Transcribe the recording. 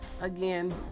again